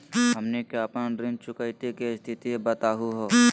हमनी के अपन ऋण चुकौती के स्थिति बताहु हो?